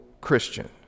Christian